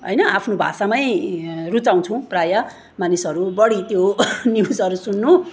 होइन आफ्नो भाषामै रुचाउँछौँ प्रायः मानिसहरू बढी त्यो न्युजहरू सुन्नु